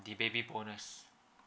the baby bonus